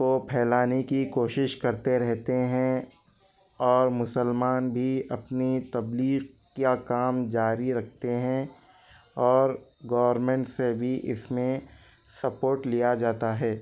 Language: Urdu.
کو پھیلانے کی کوشش کرتے رہتے ہیں اور مسلمان بھی اپنی تبلیغ کیا کام جاری رکھتے ہیں اور گورنمنٹ سے بھی اس میں سپورٹ لیا جاتا ہے